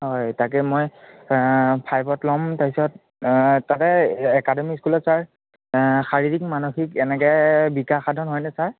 হয় তাকে মই ফাইভত ল'ম তাৰপিছত তাতে একাডেমি স্কুলত ছাৰ শাৰীৰিক মানসিক এনেকৈ বিকাশ সাধন হয়নে ছাৰ